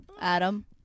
Adam